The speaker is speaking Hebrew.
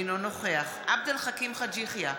אינו נוכח עבד אל חכים חאג' יחיא,